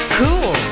cool